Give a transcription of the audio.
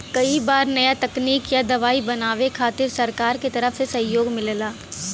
कई बार नया तकनीक या दवाई बनावे खातिर सरकार के तरफ से सहयोग मिलला